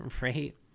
right